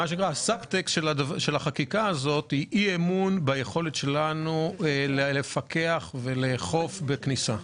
אלא אם הסב-טקסט היא אי אמון ביכולת שלנו לפקח ולאכוף בכניסה.